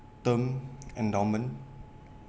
term endowment